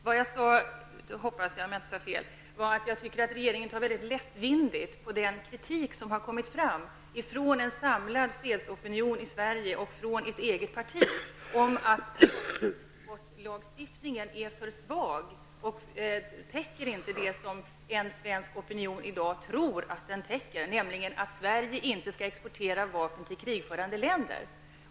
Men om jag inte sade fel, så sade jag att jag tycker att regeringen tar mycket lättvindigt på den kritik som har kommit från en samlad fredsopinion i Sverige och från det egna partiet om att vapenexportlagstiftningen är för svag och att den inte täcker det som en svensk opinion i dag tror att den täcker, nämligen att Sverige inte skall exportera vapen till krigförande länder.